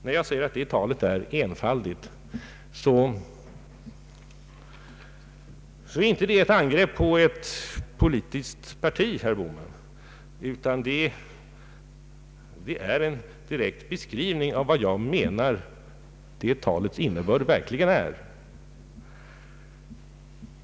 När jag säger att detta tal är enfaldigt, är det inte ett angrepp på ett politiskt parti, herr Bohman, utan det är en direkt beskrivning av vad jag menar att det talets innebörd verkligen är.